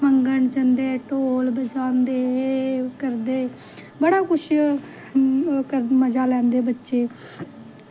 मंगन जंदे ढोल बजांदे करदे बड़ा कुश मज़ा लैंदे बच्चे